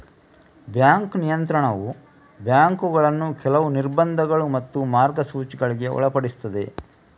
bank ನಿಯಂತ್ರಣವು ಬ್ಯಾಂಕುಗಳನ್ನ ಕೆಲವು ನಿರ್ಬಂಧಗಳು ಮತ್ತು ಮಾರ್ಗಸೂಚಿಗಳಿಗೆ ಒಳಪಡಿಸ್ತದೆ